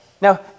Now